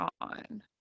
on